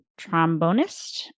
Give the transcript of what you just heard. trombonist